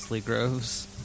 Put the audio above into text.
Groves